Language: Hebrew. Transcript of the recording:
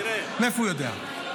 מאיפה הוא יודע?